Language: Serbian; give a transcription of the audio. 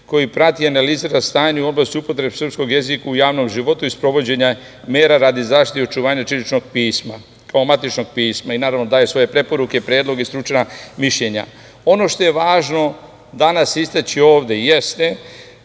koji prati i analizira stanje u oblasti srpskog jezika u javnom životu i sprovođenja mera radi zaštite i očuvanja ćiriličnog pisma, matičnog pisma i naravno daje svoje preporuke, predloge i stručna mišljenja. Ono što je važno danas istaći ovde jeste